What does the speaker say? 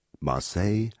Marseille